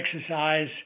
Exercise